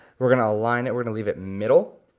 we're gonna align it, we're gonna leave it middle.